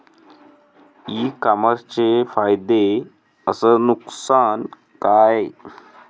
इ कामर्सचे फायदे अस नुकसान का हाये